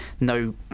no